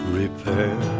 repair